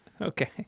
okay